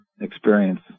experience